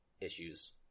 issues